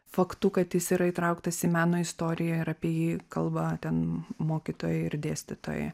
faktu kad jis yra įtrauktas į meno istoriją ir apie jį kalba ten mokytojai ir dėstytojai